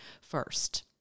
first